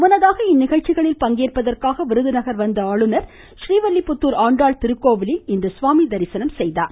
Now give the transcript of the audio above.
முன்னதாக இந்நிகழ்ச்சிகளில் பங்கேற்பதற்காக விருதுநகர் வந்த ஆளுநர் ஸ்ரீவில்லிப்புத்தூர் ஆண்டாள் திருக்கோவிலில் சுவாமி தரிசனம் செய்தார்